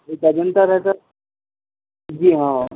یہ ہے سر جی ہاں